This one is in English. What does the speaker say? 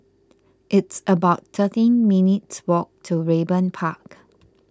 it's about thirteen minutes' walk to Raeburn Park